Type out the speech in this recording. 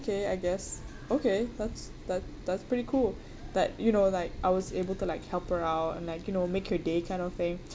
okay I guess okay that's that that's pretty cool that you know like I was able to like help her out and like you know make her day kind of thing